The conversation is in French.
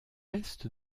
est